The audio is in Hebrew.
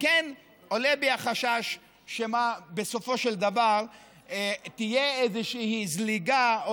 וכן עולה בי החשש שמא בסופו של דבר תהיה איזושהי זליגה או